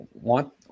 want